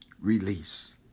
release